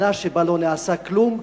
שנה שבה לא נעשה כלום,